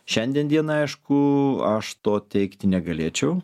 šiandien dienai aišku aš to teigti negalėčiau